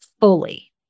fully